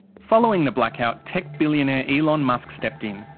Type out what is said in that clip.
following the blackout, tech billionaire elon musk stepped in.